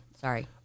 Sorry